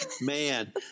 Man